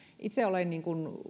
itse olen